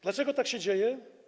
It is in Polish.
Dlaczego tak się dzieje?